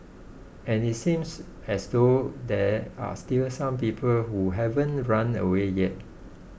and it seems as though there are still some people who haven't run away yet